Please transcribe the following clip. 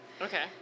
okay